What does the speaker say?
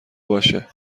باشه